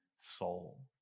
soul